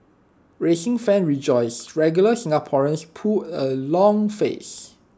racing fans rejoice regular Singaporeans pull A long face